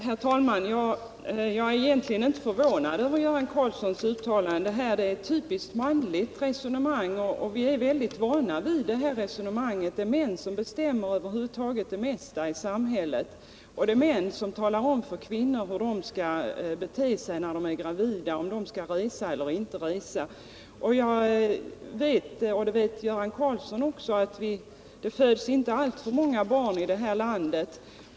Herr talman! Jag är egentligen inte förvånad över Göran Karlssons uttalande — det är ett typiskt manligt resonemang, och vi är mycket vana vid sådant. Det är män som bestämmer det mesta i samhället, och det är män som talar om för kvinnor hur de skall bete sig när de är gravida, om de skall resa eller inte. Jag vet — och det vet Göran Karlsson också — att det inte föds alltför många barn i det här landet.